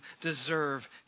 deserve